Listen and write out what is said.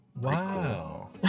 Wow